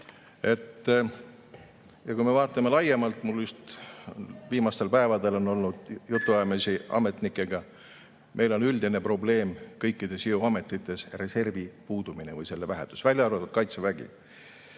Kui me vaatame laiemalt – mul just viimastel päevadel on olnud jutuajamisi ametnikega –, siis meil on üldine probleem kõikides jõuametites reservi puudumine või selle vähesus, välja arvatud kaitsevägi.